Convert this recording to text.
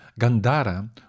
Gandhara